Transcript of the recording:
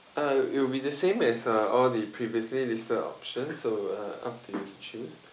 uh it'll be the same as uh all the previously listed options so uh up to you to choose